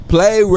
Play